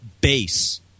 base